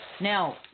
Now